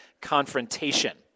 confrontation